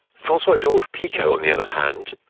francois georges-picot, on the other hand,